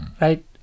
Right